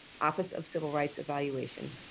office of civil rights, evaluation,